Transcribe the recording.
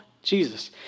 Jesus